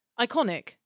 Iconic